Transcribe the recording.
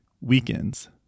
weekends